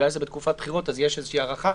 בגלל שזה בתקופת בחירות יש איזושהי הארכה.